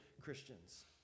Christians